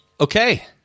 Okay